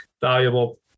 valuable